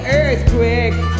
earthquake